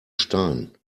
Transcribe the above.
stein